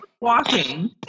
walking